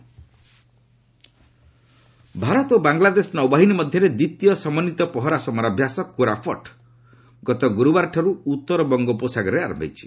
ଏନ୍ଡିଆଇଏ ବାଙ୍ଗଲାଦେଶ ଭାରତ ଓ ବାଙ୍ଗଲାଦେଶ ନୌବାହିନୀ ମଧ୍ୟରେ ଦ୍ୱିତୀୟ ସମନ୍ୱିତ ପହରା ସମରାଭ୍ୟାସ କୋରପଟ୍ ଗତ ଗୁରୁବାରଠାରୁ ଉତ୍ତର ବଙ୍ଗୋପସାଗରରେ ଆରମ୍ଭ ହୋଇଛି